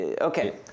okay